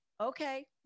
Okay